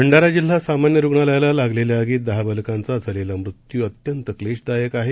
भंडाराजिल्हासामान्यरुग्णालयालालागलेल्याआगीतदहाबालकांचाझालेलामृत्यूअ त्यंतक्लेशदायकआहे